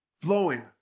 flowing